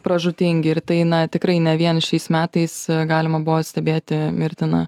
pražūtingi ir tai na tikrai ne vien šiais metais galima buvo stebėti mirtiną